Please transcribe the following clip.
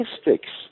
statistics